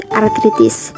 arthritis